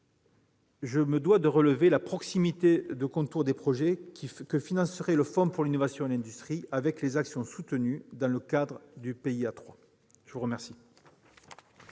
je me dois de relever la proximité des projets que financerait le fonds pour l'innovation et l'industrie avec les actions soutenues dans le cadre du PIA 3. La parole